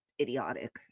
idiotic